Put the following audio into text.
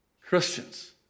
Christians